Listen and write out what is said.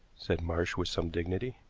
said marsh with some dignity.